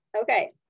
Okay